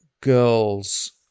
girls